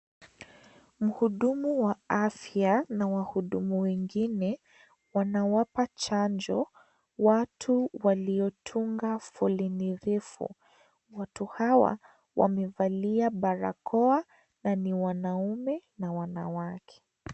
Muhudumu wa afya na wahudumu wengine wanawapa chanjo watu waliotunga foleni refu. Watu hawa wamevalia barakoa na ni wanume na wanawake.